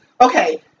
okay